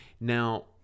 Now